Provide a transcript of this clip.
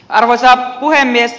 arvoisa puhemies